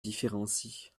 différencie